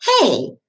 hey